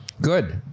Good